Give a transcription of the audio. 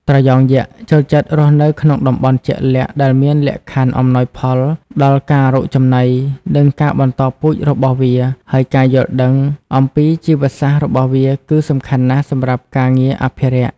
ត្រយងយក្ស ចូលចិត្តរស់នៅក្នុងតំបន់ជាក់លាក់ដែលមានលក្ខខណ្ឌអំណោយផលដល់ការរកចំណី និងការបន្តពូជរបស់វា ហើយការយល់ដឹងអំពីជីវសាស្ត្ររបស់វាគឺសំខាន់ណាស់សម្រាប់ការងារអភិរក្ស។